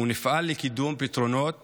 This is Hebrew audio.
ונפעל לקידום פתרונות